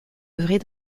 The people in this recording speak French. œuvrer